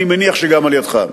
אני מניח שגם על-ידך.